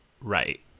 right